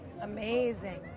Amazing